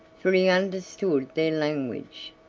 for he understood their language.